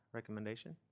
recommendation